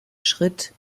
schritt